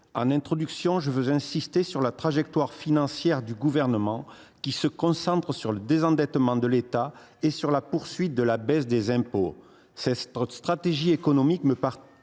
en introduction, je veux insister sur la trajectoire financière visée par le Gouvernement, qui se concentre sur le désendettement de l’État et sur la poursuite de la baisse des impôts. Cette stratégie économique me paraît